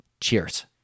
Cheers